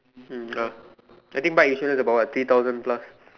(um)n(uh) I think bike insurance is about what three thousand plus